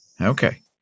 Okay